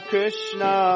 Krishna